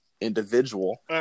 individual